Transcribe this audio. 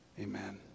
Amen